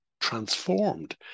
transformed